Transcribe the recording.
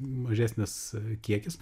mažesnis kiekis